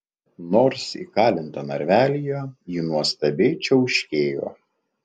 nors įkalinta narvelyje ji nuostabiai čiauškėjo